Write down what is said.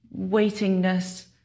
waitingness